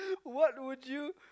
what would you